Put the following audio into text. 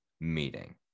meeting